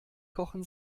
kochen